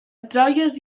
troyes